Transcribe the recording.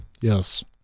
yes